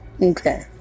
okay